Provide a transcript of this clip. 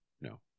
no